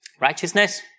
Righteousness